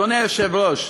אדוני היושב-ראש,